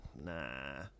nah